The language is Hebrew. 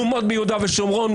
מהומות ביהודה ושומרון,